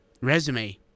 resume